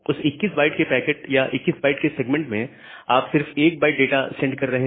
उस 21 बाइट्स के पैकेट या 21 बाइट के सेगमेंट में आप सिर्फ 1 बाइट डाटा सेंड कर रहे हैं